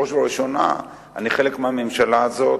ובראש ובראשונה אני חלק מהממשלה הזאת,